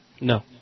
No